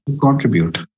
contribute